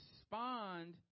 respond